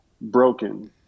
Broken